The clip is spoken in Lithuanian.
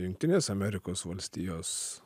jungtines amerikos valstijos